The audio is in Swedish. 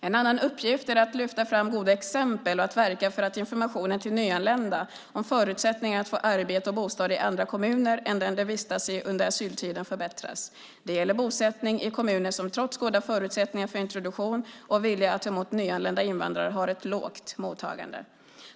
En annan uppgift är att lyfta fram goda exempel och att verka för att informationen till nyanlända om förutsättningar att få arbete och bostad i andra kommuner än den de vistas i under asyltiden förbättras. Det gäller bosättning i kommuner som trots goda förutsättningar för introduktion och vilja att ta emot nyanlända invandrare har ett lågt mottagande.